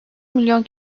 milyon